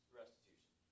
restitution